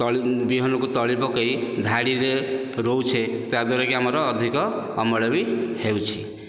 ତଳି ବିହନକୁ ତଳି ପକାଇ ଧାଡ଼ିରେ ରୋଉଛେ ତାଦ୍ଵାରା କି ଆମର ଅଧିକ ଅମଳ ବି ହେଉଛି